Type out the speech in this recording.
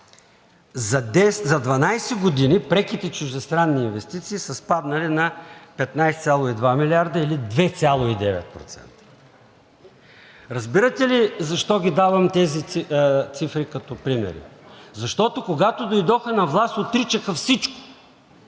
За 12 години преките чуждестранни инвестиции са спаднали на 15,2 милиарда, или 2,9%. Разбирате ли защо ги давам тези цифри като примери? Защото, когато дойдоха на власт, отричаха всичко,